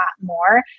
more